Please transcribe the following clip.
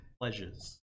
pleasures